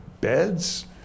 beds